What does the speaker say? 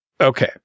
okay